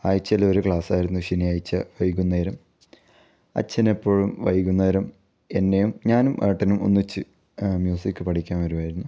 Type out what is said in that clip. ആഴ്ചയിൽ ഒരു ക്ലാസ് ആയിരുന്നു ശനിയാഴ്ച വൈകുന്നേരം അച്ഛനെപ്പോഴും വൈകുന്നേരം എന്നെയും ഞാനും ഏട്ടനും ഒന്നിച്ച് മ്യൂസിക് പഠിക്കാൻ വരുമായിരുന്നു